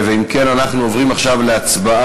אם כן, אנחנו עוברים עכשיו להצבעה